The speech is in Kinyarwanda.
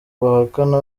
bahakana